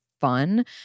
fun